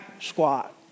squat